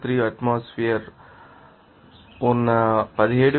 023 atmosphere ం ఉన్న 17